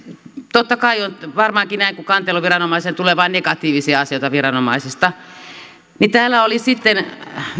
totta kai on varmaankin näin että kanteluviranomaiselle tulee vain negatiivisia asioita viranomaisista että täällä oli sitten